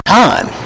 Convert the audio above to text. time